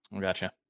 Gotcha